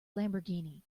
lamborghini